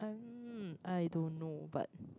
hmm I don't know but